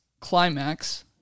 Climax